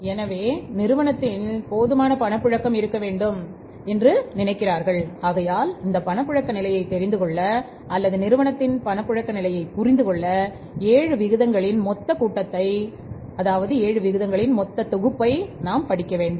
எனவே நிறுவனத்தில் போதுமான பணப்புழக்கம் இருக்க வேண்டும் ஆகையால் அந்த பணப்புழக்க நிலையைப் தெரிந்துகொள்ள அல்லது நிறுவனத்தின் பணப்புழக்க நிலையைப் புரிந்து கொள்ள 7 விகிதங்களின் மொத்தக் கூட்டத்தைப் அதாவது 7 விகிதங்களின் மொத்த தொகுப்பை நாம் படிக்க வேண்டும்